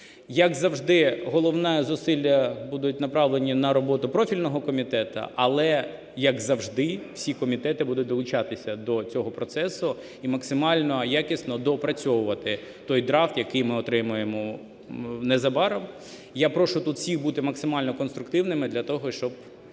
Як завжди, головні зусилля будуть направлені на роботу профільного комітету, але, як завжди, всі комітети будуть долучатися до цього процесу і максимально якісно доопрацьовувати той драфт, який ми отримаємо незабаром. Я прошу тут всіх бути максимально конструктивними для того, щоб